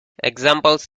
examples